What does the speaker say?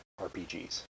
RPGs